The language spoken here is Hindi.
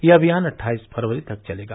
यह अभियान अट्ठाइस फरवरी तक चलेगा